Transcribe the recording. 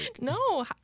No